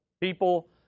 People